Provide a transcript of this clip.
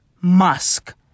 Musk